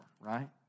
right